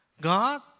God